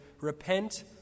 Repent